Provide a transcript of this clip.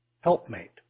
Helpmate